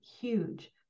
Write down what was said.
huge